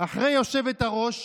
אחרי היושבת-ראש,